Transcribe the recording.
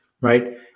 Right